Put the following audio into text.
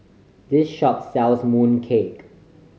this shop sells mooncake